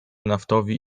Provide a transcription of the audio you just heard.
naftowi